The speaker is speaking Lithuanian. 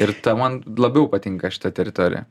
ir ta man labiau patinka šita teritorija